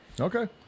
Okay